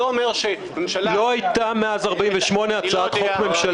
לא הייתה מאז 48 הצעת חוק ממשלתית.